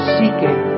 seeking